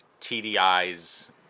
TDI's